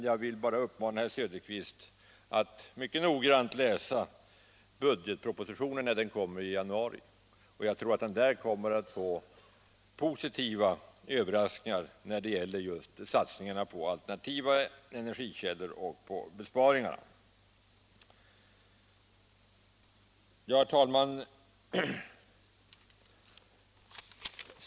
Jag vill emellertid uppmana herr Söderqvist att mycket noggrant läsa budgetpropositionen i januari — jag tror att han där kommer att finna positiva överraskningar när det gäller satsningen på alternativa energikällor och besparingar. Herr talman!